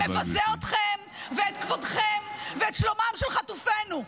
-- מבזה אתכם ואת כבודכם, ואת שלומם של חטופינו.